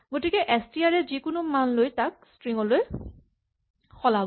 গতিকে এচটিআৰ এ যিকোনো মান লৈ তাক ষ্ট্ৰিং লৈ সলাব